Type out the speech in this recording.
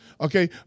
okay